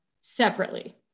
separately